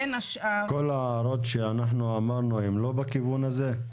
בין השאר --- כל ההערות שאנחנו אמרנו הן לא בכיוון הזה?